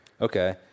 Okay